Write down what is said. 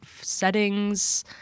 settings